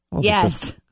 Yes